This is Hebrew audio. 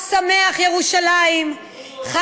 חג שמח, ירושלים, כיבוש.